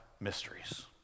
mysteries